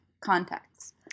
Context